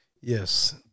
Yes